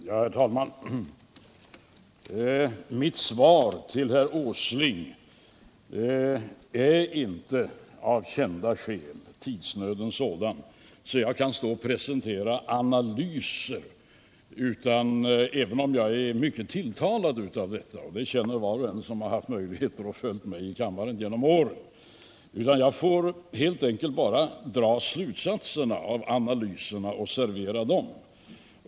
Herr talman! Mitt svar till herr Åsling är att tidsnöden av kända skäl är sådan att jag inte kan stå här och presentera analyser, även om det skulle tilltala mig mycket — det vet var och en som haft möjligheter att följa mitt arbete i kammaren under åren. Jag får nöja mig med att servera slutsatserna av analyserna.